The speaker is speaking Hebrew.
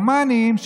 הומניים,